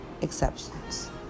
exceptions